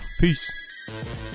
Peace